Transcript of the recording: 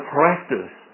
practice